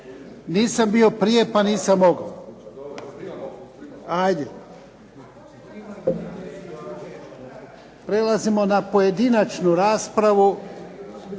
Nisam bio prije, pa nisam mogao. Prelazimo na pojedinačnu raspravu